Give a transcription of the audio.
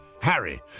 Harry